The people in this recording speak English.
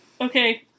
Okay